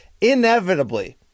inevitably